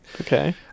okay